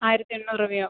ആയിരത്തി എണ്ണൂറ് രൂപയാകും